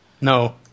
No